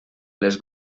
les